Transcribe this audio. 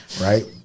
right